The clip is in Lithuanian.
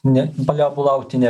ne paliaubų laukti ne